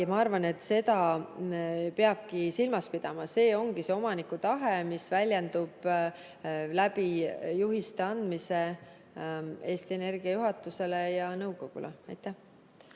Ma arvan, et seda peabki silmas pidama, see ongi see omaniku tahe, mis väljendub juhiste andmises Eesti Energia juhatusele ja nõukogule. Nüüd